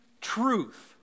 truth